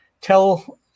tell